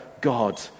God